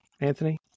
Anthony